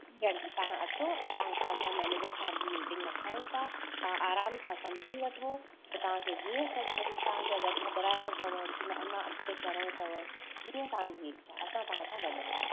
ठीकु आहे तव्हां अचो ऐं तव्हां खां असां मेनेजर साहिब जी मिटींग रखायूं था तव्हां आरामु सां समुझी वठो त तव्हांखे जीअं सही लॻे तव्हांखे अगरि छॾाइणो अथव की न अञा अॻिते करिणो अथव जीअं तव्हांजी इच्छा असां तव्हां सां गॾु आहियूं